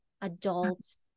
adults